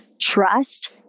trust